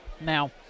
Now